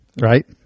Right